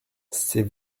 c’est